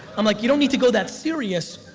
i'm like, you don't need to go that serious.